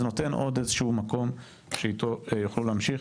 זה נותן עוד איזשהו מקום שאיתו אפשר להמשיך.